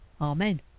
Amen